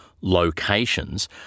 locations